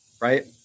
Right